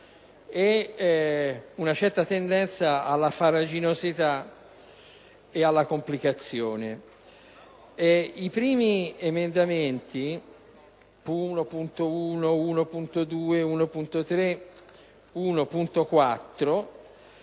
e una certa tendenza alla farraginosità e alla complicazione. Gli emendamenti 1.1, 1.2, 1.3, 1.4